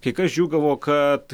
kai kas džiūgavo kad